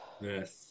Yes